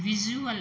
visual